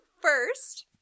first